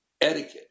etiquette